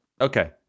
Okay